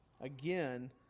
again